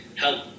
help